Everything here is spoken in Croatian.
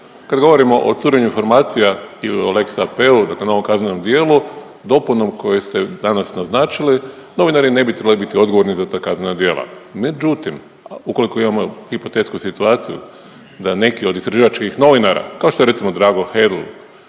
kad govorimo o curenju informacija ili o lex AP-u dakle o novom kaznenom djelu, dopunom koju ste danas naznačili novinari ne bi trebali biti odgovorni za ta kaznena djela. Međutim, ukoliko imamo hipotetsku situaciju da neki od istraživačkih novinara, kao što je recimo Drago Hedl